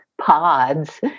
pods